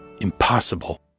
Impossible